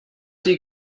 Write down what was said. die